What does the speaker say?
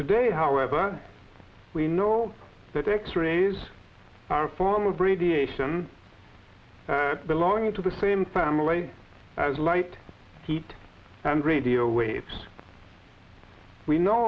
today however we know that x rays are a form of radiation belonging to the same family as light heat and radio waves we know